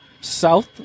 south